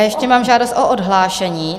Ještě mám žádost o odhlášení.